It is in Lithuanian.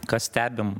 ką stebim